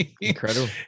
Incredible